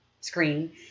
screen